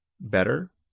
better